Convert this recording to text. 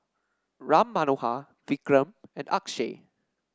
Ram Manohar Vikram and Akshay